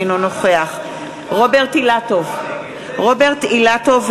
אינו נוכח רוברט אילטוב,